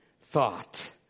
thought